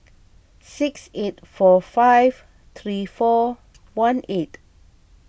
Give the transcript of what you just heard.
six eight four five three four one eight